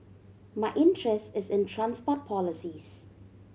my interest is in transport policies